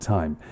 Time